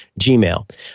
Gmail